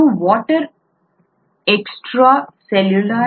ಇದು water extra cellular